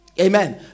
Amen